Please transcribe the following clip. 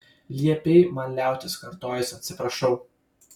liepei man liautis kartojus atsiprašau